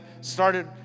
started